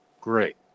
Great